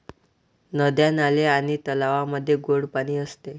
नद्या, नाले आणि तलावांमध्ये गोड पाणी असते